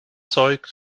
zeugt